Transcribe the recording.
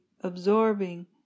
absorbing